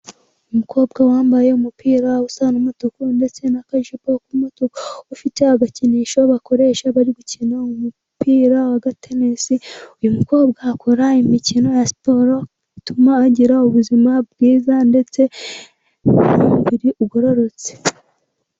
Umukobwa wambaye umupira usa n'umutuku, ndetse n'akajipo k'umutuku, ufite agakinisho bakoresha bari gukina umupira w'agatenisi, uyu mukobwa akora imikino ya siporo ituma agira ubuzima bwiza, ndetse n'umubiri ugororotse.